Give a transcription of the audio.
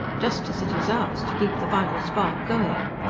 just as it is ours to keep the vital spark going,